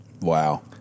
Wow